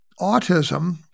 autism